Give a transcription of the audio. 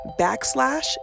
backslash